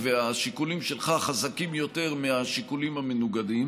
והשיקולים שלך חזקים יותר מהשיקולים המנוגדים,